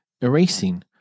erasing